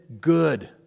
good